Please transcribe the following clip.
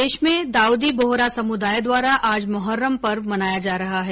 प्रदेश में दाऊदी बोहरा समुदाय द्वारा आज मोर्हरम पर्व मनाया जा रहा है